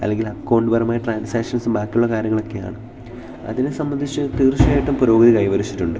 അല്ലെങ്കിൽ അക്കൗണ്ട്പരമായ ട്രാൻസാക്ഷൻസും ബാക്കിയുള്ള കാര്യങ്ങളൊക്കെ ആണ് അതിനെ സംബന്ധിച്ച് തീർച്ചയായിട്ടും പുരോഗതി കൈവരിച്ചിട്ടുണ്ട്